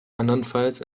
andernfalls